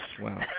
Wow